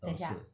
等一下